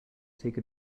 take